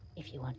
if you wanted.